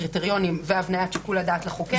קריטריונים והבניית שיקול הדעת לחוקר.